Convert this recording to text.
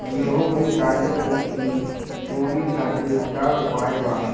गेहूँ में काले रंग की सूड़ी खातिर का उपाय बा?